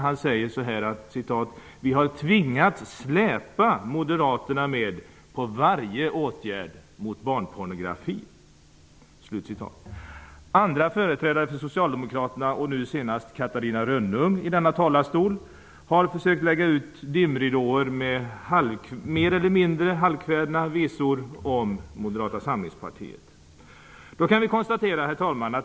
Han säger så här: ''vi har tvingats släpa moderaterna med på varje åtgärd mot barnpornografi.'' Andra företrädare för Socialdemokraterna -- nu senast Catarina Rönnung i denna talarstol -- har försökt att lägga ut dimridåer genom att sjunga mer eller mindre halvkvädna visor om Moderata samlingspartiet. Herr talman!